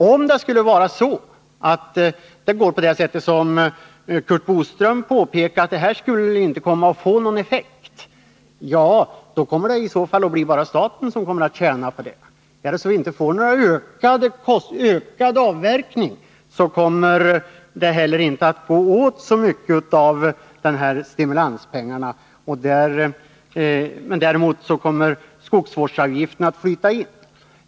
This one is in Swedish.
Om den inte skulle få någon effekt blir det — som Curt Boström var inne på — bara staten som tjänar på det här. Om vi inte får en ökad avverkning, kommer det heller inte att gå åt så mycket av stimulanspengarna. Däremot kommer skogsvårdsavgiften att flyta in.